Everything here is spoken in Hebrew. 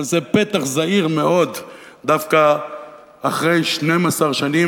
אבל זה פתח זעיר מאוד דווקא אחרי 12 שנים,